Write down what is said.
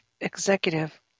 executive